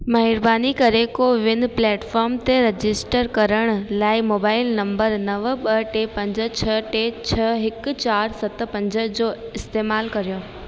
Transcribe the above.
महिरबानी करे कोविन प्लेटफोर्म ते रजिस्टर करण लाइ मोबाइल नंबर नव ॿ टे पंज छह टे छह हिकु चार सत पंज जो इस्तेमालु करियो